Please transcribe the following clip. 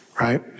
right